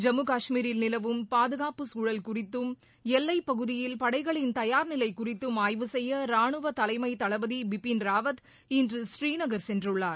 ஜம்மு காஷ்மீரில் நிலவும் பாதுகாப்பு சூழல் குறித்தும் எல்லைப் பகுதியில் படைகளின் தயார் நிலை குறித்தும் ஆய்வு செய்ய ராணுவ தலைமை தளபதி பிபின் ராவத் இன்று புரீநகர் சென்றுள்ளார்